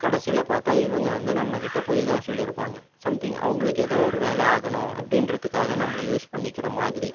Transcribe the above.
கடைசியில் பார்த்தா இவங்க வந்து நம்ம கிட்டே பொய் தான் சொல்லியிருப்பாங்க சம்திங் அவர்களுக்கு ஏதோ ஒரு வேலை ஆகணும் அப்படின்றதுக்காக நம்மளை யூஸ் பண்ணிக்கிற மாதிரி